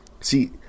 See